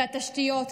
התשתיות,